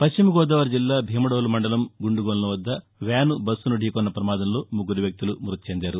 పశ్చిమగోదావరి జిల్లా భీమడోలు మండలం గుండుగొలను వద్ద వ్యాను ఐస్సును ధీ కొన్న పమాదంలో ముగ్గురు వ్యక్తులు మృతి చెందారు